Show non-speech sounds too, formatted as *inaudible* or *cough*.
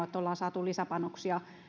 *unintelligible* että olemme saaneet lisäpanoksia